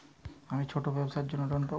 আমি ছোট ব্যবসার জন্য লোন পাব?